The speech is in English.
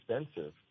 expensive